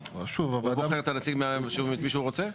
הוא בוחר את הנציג, מי שהוא רוצה?